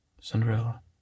Cinderella